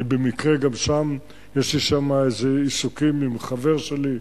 במקרה גם יש לי עיסוקים שם עם חבר שלי,